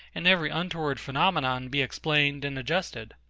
and every untoward phenomenon be explained and adjusted.